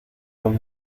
con